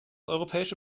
europäische